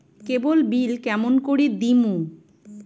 কেবল bill কেমন করি দিম?